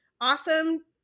Awesome